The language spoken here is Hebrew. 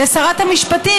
זו שרת המשפטים,